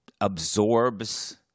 absorbs